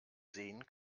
sehen